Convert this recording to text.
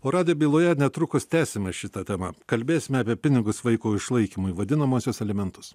o radijo byloje netrukus tęsime šitą temą kalbėsime apie pinigus vaiko išlaikymui vadinamuosius alimentus